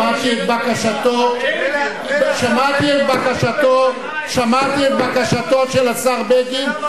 שמעתי את בקשתו, שמעתי את בקשתו של השר בגין.